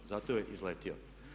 Zato je izletio.